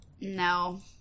No